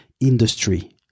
industry